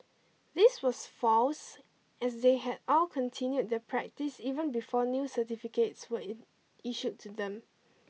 this was false as they had all continued their practice even before new certificates were issued to them